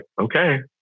okay